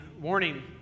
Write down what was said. warning